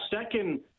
second